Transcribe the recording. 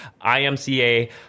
IMCA